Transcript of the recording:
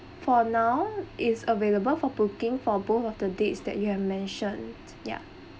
for now it's available for booking for both of the dates that you have mentioned ya